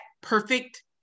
perfect